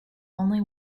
only